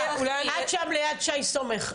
את שם ליד שי סומך,